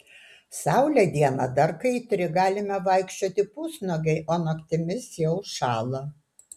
saulė dieną dar kaitri galime vaikščioti pusnuogiai o naktimis jau šąla